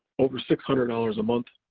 over six hundred dollars a month,